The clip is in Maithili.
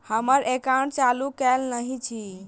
हम्मर एकाउंट चालू केल नहि अछि?